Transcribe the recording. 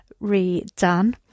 redone